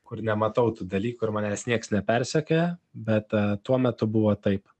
kur nematau tų dalykų ir manęs nieks nepersekioja bet tuo metu buvo taip